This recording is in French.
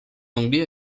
anglais